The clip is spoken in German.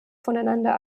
voneinander